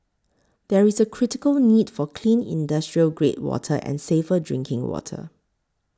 there is a critical need for clean industrial grade water and safer drinking water